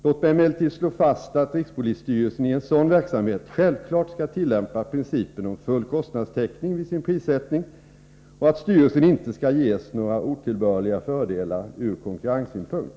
Låt mig emellertid slå fast att rikspolisstyrelsen i en sådan verksamhet självfallet skall tillämpa principen om full kostnadstäckning vid sin prissättning och att styrelsen inte skall ges några otillbörliga fördelar ur konkurrenssynpunkt.